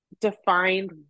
defined